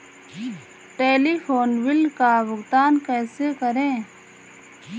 Telephone bill का भुगतान कैसे करें?